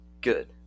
good